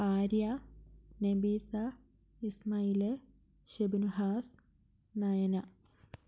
Arya Nabeesa Ismail Shibinhas Nayana